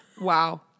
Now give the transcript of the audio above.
Wow